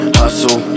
hustle